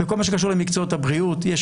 בכל מה שקשור למקצועות הבריאות יש